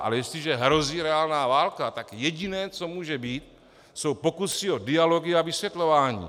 Ale jestliže hrozí reálná válka, tak jediné, co může být, jsou pokusy o dialogy a vysvětlování.